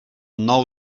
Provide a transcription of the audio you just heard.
nou